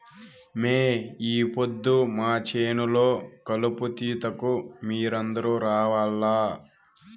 మే ఈ పొద్దు మా చేను లో కలుపు తీతకు మీరందరూ రావాల్లా